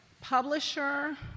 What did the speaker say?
publisher